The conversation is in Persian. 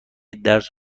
درس